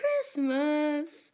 Christmas